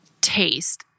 taste